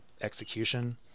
execution